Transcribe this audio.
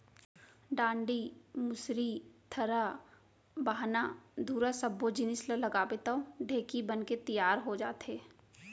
डांड़ी, मुसरी, थरा, बाहना, धुरा सब्बो जिनिस ल लगाबे तौ ढेंकी बनके तियार हो जाथे